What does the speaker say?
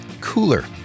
cooler